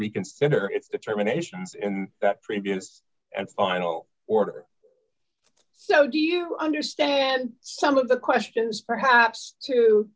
reconsider its determinations in that previous and final order so do you understand some of the questions perhaps to